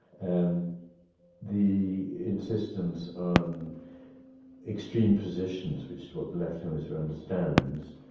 um the insistence on extreme positions, which is what the left hemisphere understands,